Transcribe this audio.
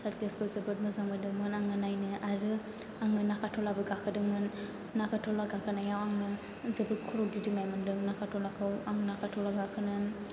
सारकेसखौ जोबोद मोजां मोनदोंमोन आङो नायनो आरो आङो नागारट'लाबो गाखोदोंमोन नागारट'ला गाखोनायाव आङो जोबोद खर' गिदिंनाय मोनदों नागारट'लाखौ आं नागारट'ला गाखोनानै